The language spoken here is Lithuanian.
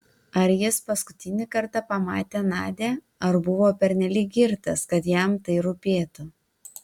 ar jis paskutinį kartą pamatė nadią ar buvo pernelyg girtas kad jam tai rūpėtų